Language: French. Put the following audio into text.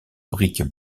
briques